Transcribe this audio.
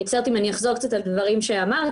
אני מצטערת אם אחזור קצת על הדברים שאמרת,